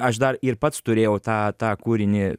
aš dar ir pats turėjau tą tą kūrinį